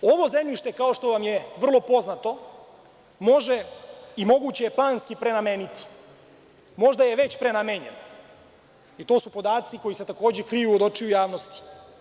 Ovo zemljište, kao što vam je vrlo poznato, može i moguće je planski prenameniti, možda je već prenamenjeno, i to su podaci koji se takođe kriju od očiju od javnosti.